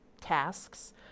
tasks